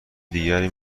دیگری